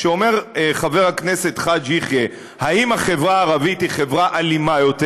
כשאומר חבר הכנסת חאג' יחיא: האם החברה הערבית היא חברה אלימה יותר?